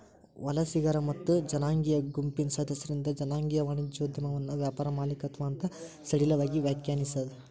ವಲಸಿಗರ ಮತ್ತ ಜನಾಂಗೇಯ ಗುಂಪಿನ್ ಸದಸ್ಯರಿಂದ್ ಜನಾಂಗೇಯ ವಾಣಿಜ್ಯೋದ್ಯಮವನ್ನ ವ್ಯಾಪಾರ ಮಾಲೇಕತ್ವ ಅಂತ್ ಸಡಿಲವಾಗಿ ವ್ಯಾಖ್ಯಾನಿಸೇದ್